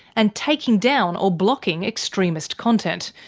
and taking down or blocking extremist content,